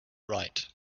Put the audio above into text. right